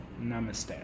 Namaste